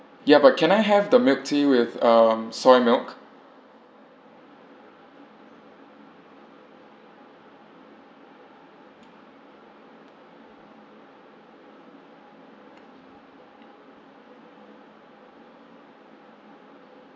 ya but can I have the milk tea with um soy milk